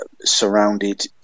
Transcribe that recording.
surrounded